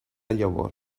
llavor